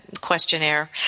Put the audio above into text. questionnaire